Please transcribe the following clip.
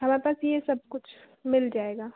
हमारे पास यह सब कुछ मिल जाएगा